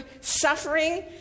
suffering